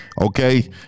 okay